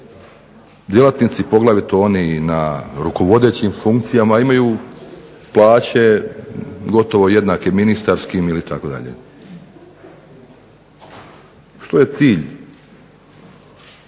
djelatnici, poglavito oni na rukovodećim funkcijama imaju plaće gotovo jednake ministarskim ili tako dalje. Što je cilj